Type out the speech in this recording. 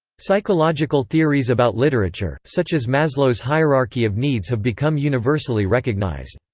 psychological theories about literature, such as maslow's hierarchy of needs have become universally recognized.